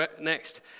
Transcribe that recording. next